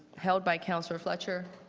held by councillor fletcher.